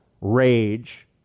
rage